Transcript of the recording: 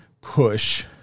push